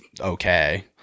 okay